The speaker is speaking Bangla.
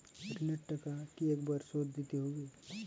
ঋণের টাকা কি একবার শোধ দিতে হবে?